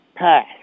Pass